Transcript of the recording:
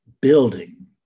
building